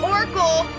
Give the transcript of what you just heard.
Oracle